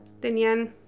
Tenían